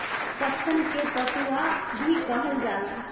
पटसन के पटुआ भी कहल जाला